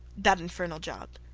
that infernal job.